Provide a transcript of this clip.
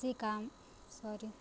ସେ କାମ ସରୀ